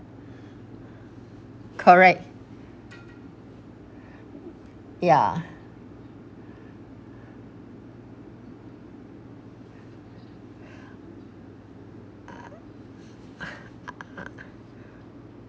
correct ya